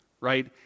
right